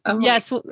Yes